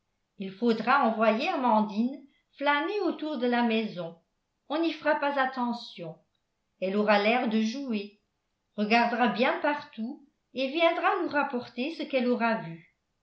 il faudra envoyer amandine flâner autour de la maison on n'y fera pas attention elle aura l'air de jouer regardera bien partout et viendra nous rapporter ce qu'elle aura vu